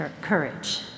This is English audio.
courage